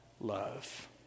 love